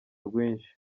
rwinshi